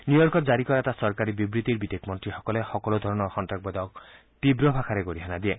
নিউয়ৰ্কত জাৰি এটা চৰকাৰী বিবৃতিত বিদেশ মন্ত্ৰীসকলে সকলোধৰণৰ সন্তাসবাদক তীৱ ভাষাৰে গৰিহণা দিয়ে